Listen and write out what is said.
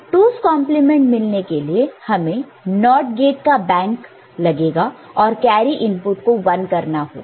2's complement 2's complement मिलने के लिए हमें NOT गेट का बैंक लगेगा और कैरी इनपुट को 1 करना होगा